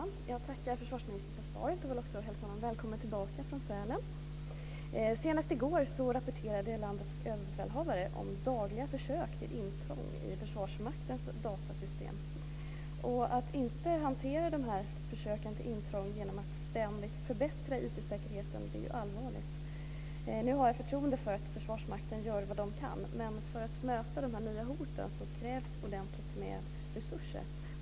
Fru talman! Jag tackar försvarsministern för svaret och vill också hälsa honom välkommen tillbaka från Sälen. Senaste i går rapporterade landets överbefälhavare om dagliga försök till intrång i Förvarsmaktens datorsystem. Det är allvarligt att inte ständigt förbättra IT säkerheten för att hantera dessa försök till intrång. Nu har jag förtroende för att Försvarsmakten gör vad den kan. Men för att möta de nya hoten krävs ordentligt med resurser.